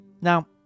Now